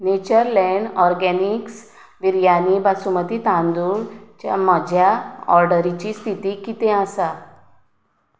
Natureland Organics biryani basmati तांदळाच्या म्हज्या ऑर्डरीची स्थिती कितें आसा